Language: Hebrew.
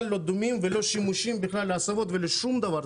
לא דומים ולא שימושיים להסבות או שום דבר.